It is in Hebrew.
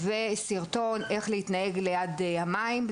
הם קיבלו סרטון איך להתנהג ליד המים.